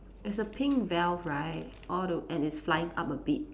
it's a pink veil right all the and it's flying up a bit